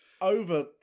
over